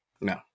No